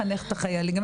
גם לחנך את החיילים,